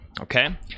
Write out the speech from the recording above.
okay